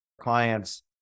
clients